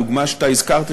הדוגמה שאתה הזכרת,